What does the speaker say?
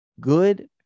good